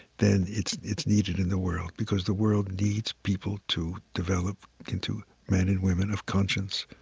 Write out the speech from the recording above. then it's it's needed in the world because the world needs people to develop into men and women of conscience